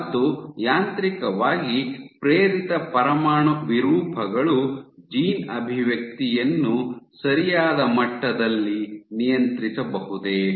ಮತ್ತು ಯಾಂತ್ರಿಕವಾಗಿ ಪ್ರೇರಿತ ಪರಮಾಣು ವಿರೂಪಗಳು ಜೀನ್ ಅಭಿವ್ಯಕ್ತಿಯನ್ನು ಸರಿಯಾದ ಮಟ್ಟದಲ್ಲಿ ನಿಯಂತ್ರಿಸಬಹುದೇ